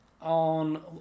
On